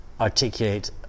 articulate